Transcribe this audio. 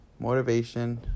Motivation